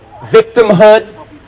victimhood